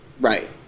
right